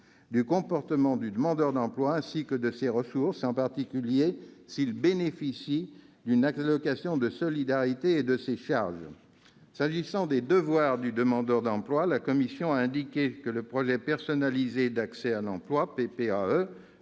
du comportement du demandeur d'emploi, ainsi que de ses ressources, en particulier s'il bénéficie d'une allocation de solidarité, et de ses charges. S'agissant des devoirs du demandeur d'emploi, la commission a indiqué que le projet personnalisé d'accès à l'emploi, le PPAE,